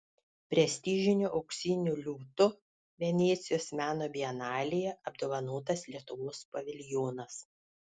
prestižiniu auksiniu liūtu venecijos meno bienalėje apdovanotas lietuvos paviljonas